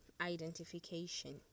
identification